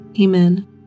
Amen